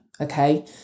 okay